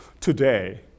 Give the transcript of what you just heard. today